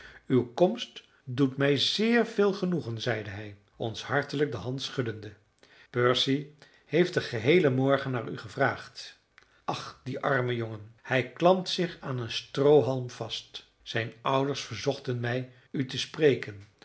uw komst doet mij zeer veel genoegen zeide hij ons hartelijk de hand schuddende percy heeft den geheelen morgen naar u gevraagd ach die arme jongen hij klampt zich aan een stroohalm vast zijn ouders verzochten mij u te spreken